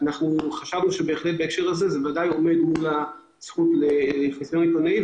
זה בוודאי עומד מול הזכות לחיסיון עיתונאי.